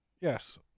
Yes